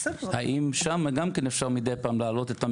האם גם שם אפשר מדי פעם להעלות או